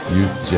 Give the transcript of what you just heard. Youth